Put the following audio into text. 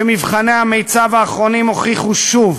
שמבחני המיצ"ב האחרונים הוכיחו שוב